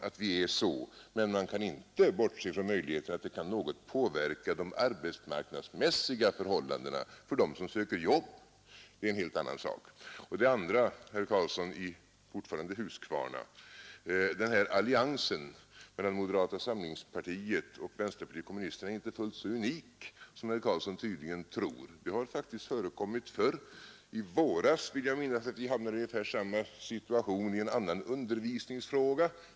Att man inte kan bortse från möjligheten att det kan något påverka de arbetsmarknadssiga förhållandena för dem som söker jobb är en helt annan sak. För det andra, herr Karlsson — fortfarande i Huskvarna: alliansen mellan moderata samlingspartiet och vänsterpartiet kommunisterna är inte fullt så unik som herr Karlsson tydligen tror. Den har faktiskt förekommit förr. Jag vill minnas att vi i våras hamnade i ungefär samma situation i en annan undervisningsfråga.